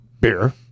beer